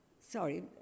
Sorry